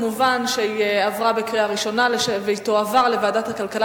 התשע"א 2010, לוועדת הכלכלה